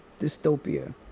dystopia